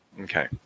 Okay